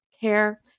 care